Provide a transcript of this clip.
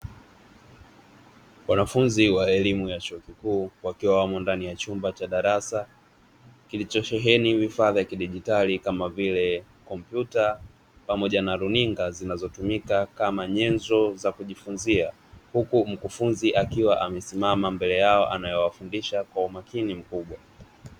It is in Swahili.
Wanafunzi wa elimu ya chuo kikuu wakiwa wamo ndani ya chumba cha darasa; kilichosheheni vifaa vya kidigitali, kama vile kompyuta pamoja na runinga; zinazotumika kama nyenzo za kujifunzia, huku mkufunzi akiwa amesimama mbele yao anayewafundisha kwa umakini mkuubwa.